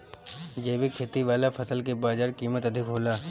जैविक खेती वाला फसल के बाजार कीमत अधिक होला